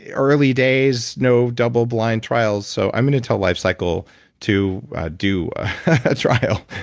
early days, no doubleblind trial, so i'm going to tell life cykel to do a trial,